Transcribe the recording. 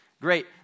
Great